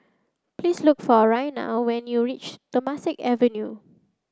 please look for Raina when you reach Temasek Avenue